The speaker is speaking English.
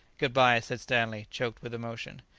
good-bye! said stanley, choked with emotion.